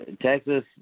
Texas